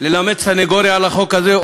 ללמד סנגוריה על החוק הזה,